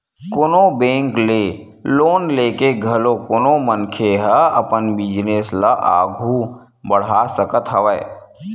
कोनो बेंक ले लोन लेके घलो कोनो मनखे ह अपन बिजनेस ल आघू बड़हा सकत हवय